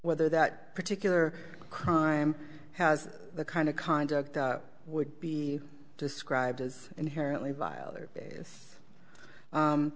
whether that particular crime has the kind of conduct that would be described as inherently